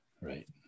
Right